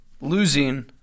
losing